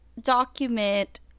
document